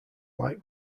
like